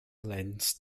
lens